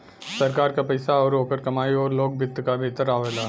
सरकार क पइसा आउर ओकर कमाई लोक वित्त क भीतर आवेला